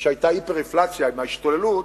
שהיתה היפר-אינפלציה עם ההשתוללות,